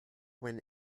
when